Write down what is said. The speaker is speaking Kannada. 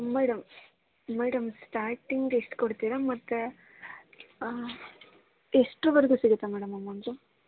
ಮೇಡಮ್ ಮೇಡಮ್ ಸ್ಟಾರ್ಟಿಂಗ್ ಎಷ್ಟು ಕೊಡ್ತೀರ ಮತ್ತು ಎಷ್ಟ್ರವರ್ಗೂ ಸಿಗುತ್ತೆ ಮೇಡಮ್ ಅಮೌಂಟು